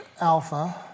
alpha